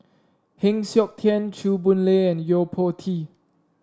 Heng Siok Tian Chew Boon Lay and Yo Po Tee